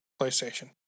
PlayStation